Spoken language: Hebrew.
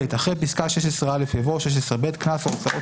אחרי פסקה (16א) יבוא: "(16ב) קנס או הוצאות